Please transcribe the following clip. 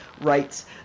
rights